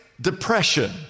Depression